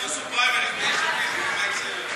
תעשו פריימריז ביש עתיד,